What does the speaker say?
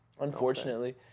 Unfortunately